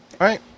right